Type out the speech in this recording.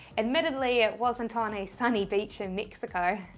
admittedly, it wasn't on a sunny beach in mexico,